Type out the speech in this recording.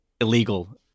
illegal